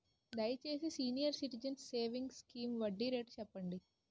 దయచేసి senior citizens savings scheme వడ్డీ rate చెప్పండి